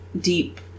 deep